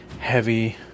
heavy